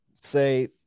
say